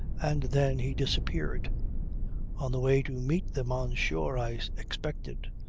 and then he disappeared on the way to meet them on shore, i expected.